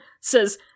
says